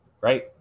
Right